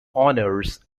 honors